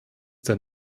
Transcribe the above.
der